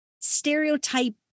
stereotype